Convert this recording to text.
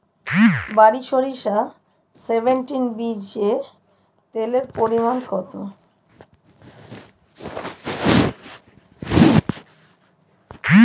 বারি সরিষা সেভেনটিন বীজে তেলের পরিমাণ কত?